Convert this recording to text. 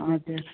हजुर